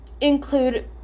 include